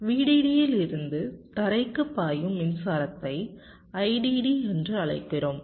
VDD யிலிருந்து தரைக்கு பாயும் மின்சாரத்தை IDD என்று அழைக்கிறோம்